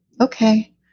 okay